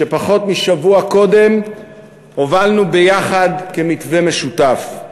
שפחות משבוע קודם הובלנו ביחד כמתווה משותף.